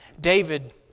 David